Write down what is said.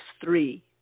three